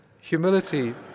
humility